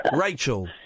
Rachel